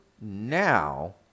now